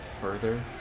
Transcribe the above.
further